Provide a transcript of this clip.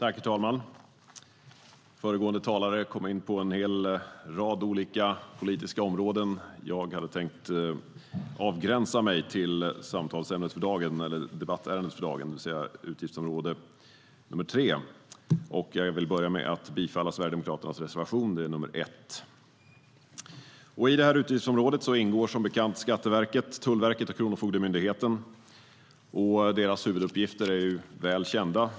Herr talman! Föregående talare kom in på en hel rad olika politiska områden. Jag hade tänkt avgränsa mig till debattärendet för dagen, det vill säga utgiftsområde 3. Jag vill börja med att yrka bifall till Sverigedemokraternas reservation 1.I detta utgiftsområde ingår som bekant Skatteverket, Tullverket och Kronofogdemyndigheten. Deras huvuduppgifter är väl kända.